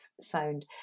sound